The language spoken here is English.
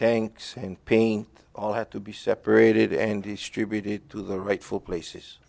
tanks and paint all had to be separated and distributed to the rightful places